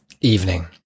evening